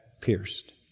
pierced